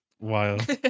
Wild